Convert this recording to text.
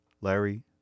Larry